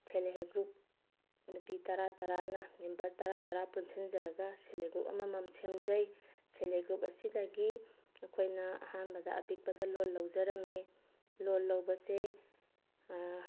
self help group ꯅꯨꯄꯤ ꯇꯔꯥ ꯇꯔꯥꯅ ꯃꯦꯝꯕꯔ ꯇꯔꯥ ꯇꯔꯥ ꯄꯨꯟꯁꯤꯟꯖꯔꯒ ꯁꯦꯜꯞ ꯍꯦꯜꯞ ꯒ꯭ꯔꯨꯞ ꯑꯃꯃꯝ ꯁꯦꯝꯖꯩ ꯁꯦꯜꯞ ꯍꯦꯜꯞ ꯒ꯭ꯔꯨꯞ ꯑꯁꯤꯗꯒꯤ ꯑꯩꯈꯣꯏꯅ ꯑꯍꯥꯟꯕꯗ ꯑꯄꯤꯛꯄꯗ ꯂꯣꯟ ꯂꯧꯖꯔꯝꯃꯤ ꯂꯣꯟ ꯂꯧꯕꯁꯤ